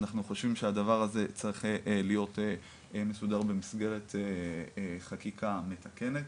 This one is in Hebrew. אחנו חושבים שהדבר הזה צריך להיות מסודר במסגרת חקיקה מתקנת.